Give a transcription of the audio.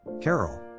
Carol